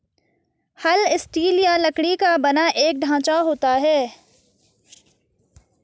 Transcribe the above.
हल स्टील या लकड़ी का बना एक ढांचा होता है